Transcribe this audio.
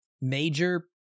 major